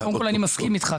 קודם כל, אני מסכים איתך.